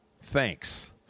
thanks